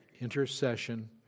intercession